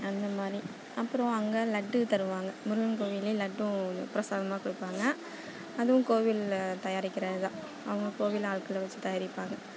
அந்த மாதிரி அப்பறம் அங்கே லட்டு தருவாங்க முருகன் கோவிலில் லட்டும் பிரசாதமாக கொடுப்பாங்க அதுவும் கோவிலில் தயாரிக்கிறது தான் அவங்க கோவில் ஆட்களை வச்சி தயாரிப்பாங்க